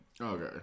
Okay